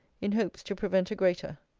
in hopes to prevent a greater.